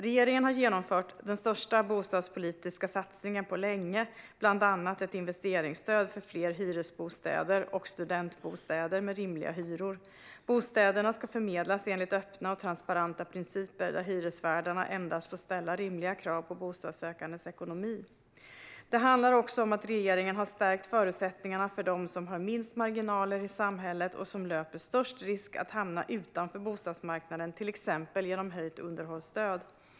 Regeringen har genomfört den största bostadspolitiska satsningen på länge, däribland ett investeringsstöd för fler hyresbostäder och studentbostäder med rimliga hyror. Bostäderna ska förmedlas enligt öppna och transparenta principer där hyresvärdarna endast får ställa rimliga krav på bostadssökandens ekonomi. Det handlar också om att regeringen har stärkt förutsättningarna för dem som har minst marginaler i samhället och som löper störst risk att hamna utanför bostadsmarknaden, till exempel genom höjt underhållsstöd.